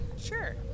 Sure